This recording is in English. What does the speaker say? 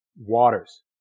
waters